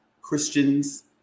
Christians